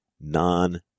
non